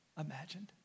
imagined